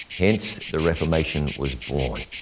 hence, the reformation was born.